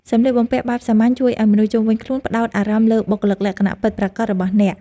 សម្លៀកបំពាក់បែបសាមញ្ញជួយឱ្យមនុស្សជុំវិញខ្លួនផ្តោតអារម្មណ៍លើបុគ្គលិកលក្ខណៈពិតប្រាកដរបស់អ្នក។